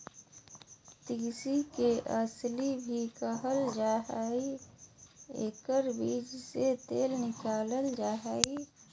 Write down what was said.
तीसी के अलसी भी कहल जा हइ एकर बीज से तेल निकालल जा हइ